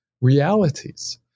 realities